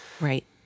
Right